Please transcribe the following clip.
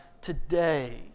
today